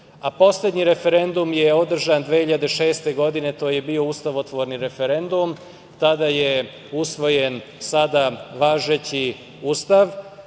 uspešnost. Poslednji referendum je održan 2006. godine. To je bio ustavotvorni referendum. Tada je usvojen sada važeći Ustav,